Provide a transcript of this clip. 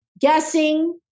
Guessing